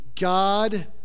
God